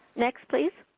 next please.